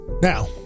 Now